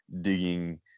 digging